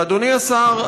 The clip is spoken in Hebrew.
ואדוני השר,